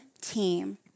team